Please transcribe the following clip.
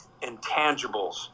intangibles